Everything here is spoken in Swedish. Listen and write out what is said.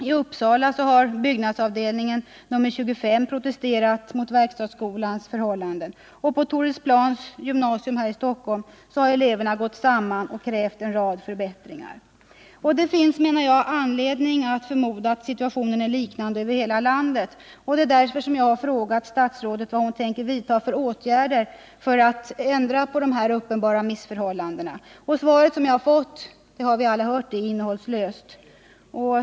I Uppsala har Byggnadsarbetareförbundets avdelning 25 protesterat mot verkstadsskolan, och på Thorildsplans gymnasium i Stockholm har eleverna gått samman och krävt en rad förbättringar. Det finns anledning att förmoda att situationen är likadan över hela landet, och det är därför jag har frågat statsrådet vilka åtgärder hon tänker vidta för att komma till rätta med dessa missförhållanden. Svaret som jag har fått är — det har alla hört — innehållslöst.